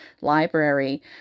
Library